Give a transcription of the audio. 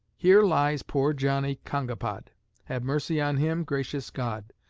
here lies poor johnnie kongapod have mercy on him, gracious god,